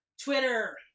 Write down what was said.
Twitter